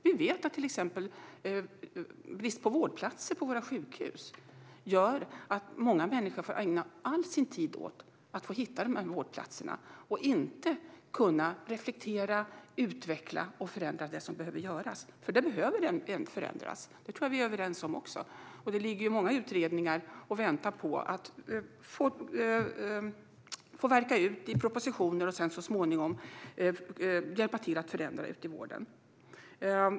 Vi vet till exempel att brist på vårdplatser på våra sjukhus gör att många människor får ägna all sin tid åt att hitta vårdplatser i stället för att kunna reflektera och utveckla och förändra det som behövs. Det behövs nämligen förändringar - även detta tror jag att vi är överens om. Många utredningar ligger och väntar på att få mynna ut i propositioner och så småningom hjälpa till att förändra i vården.